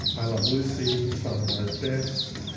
i love lucy, father knows best,